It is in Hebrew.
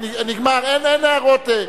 13 נגד, אין נמנעים.